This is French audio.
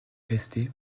restait